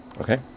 Okay